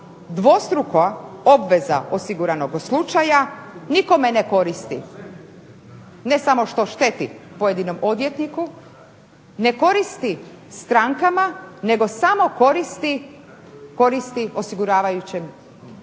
dvostruka obveza osiguranog slučaja nikome ne koristi, ne samo što šteti pojedinom odvjetniku, ne koristi strankama nego samo koristi osiguravajućim društvima.